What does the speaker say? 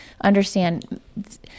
understand